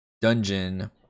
dungeon